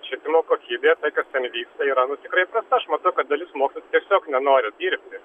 švietimo kokybė tai kas ten vyksta yra nu tikrai prasta aš matau kad dalis mokytojų tiesiog nenori dirbti